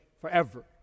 forever